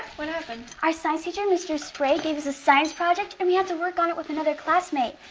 what happened? our science teacher, mr. sprig, gave us a science project, and we have to work on it with another classmate,